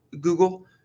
Google